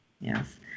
Yes